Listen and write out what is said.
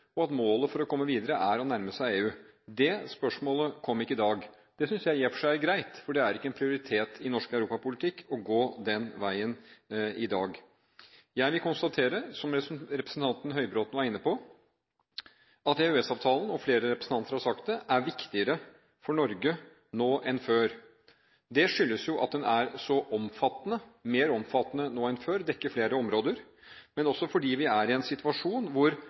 og at målet for å komme videre er å nærme seg EU. Det spørsmålet kom ikke i dag. Det synes jeg i og for seg er greit, for det er ikke en prioritet i norsk europapolitikk å gå den veien i dag. Jeg vil konstatere, som representanten Høybråten var inne på, og flere representanter har sagt det, at EØS-avtalen er viktigere for Norge nå enn før. Det skyldes jo at den er så omfattende – mer omfattende nå enn før og dekker flere områder – men også fordi vi er i en situasjon hvor